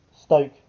Stoke